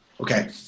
okay